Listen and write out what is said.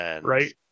Right